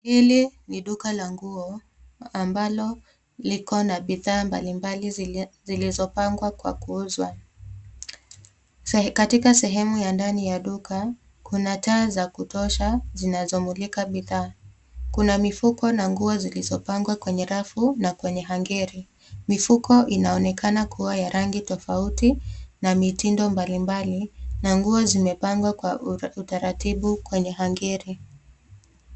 Hili ni duka la nguo ambalo liko na bidhaa mbalimbali zilizopangwa kwa kukuuza. Katika sehemu ya ndani ya duka kuna taa za kutosha zinazomulika bidhaa. Kuna mifuko na nguo zilizopangwa kwenye rafu kwenye hangeri. Mifuko inaonekana kuwa ya rangi tofauti na mitindo mbalimbali na nguo zimepangwa kwa utaratibu kwenye hangeri.